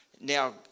Now